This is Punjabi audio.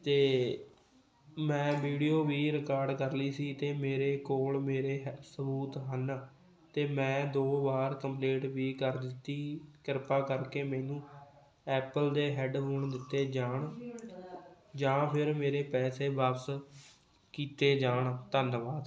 ਅਤੇ ਮੈਂ ਵੀਡੀਓ ਵੀ ਰਿਕਾਰਡ ਕਰ ਲਈ ਸੀ ਅਤੇ ਮੇਰੇ ਕੋਲ ਮੇਰੇ ਹ ਸਬੂਤ ਹਨ ਅਤੇ ਮੈਂ ਦੋ ਵਾਰ ਕੰਪਲੇਂਟ ਵੀ ਕਰ ਦਿੱਤੀ ਕਿਰਪਾ ਕਰਕੇ ਮੈਨੂੰ ਐਪਲ ਦੇ ਹੈਡਫੋਨ ਦਿੱਤੇ ਜਾਣ ਜਾਂ ਫਿਰ ਮੇਰੇ ਪੈਸੇ ਵਾਪਸ ਕੀਤੇ ਜਾਣ ਧੰਨਵਾਦ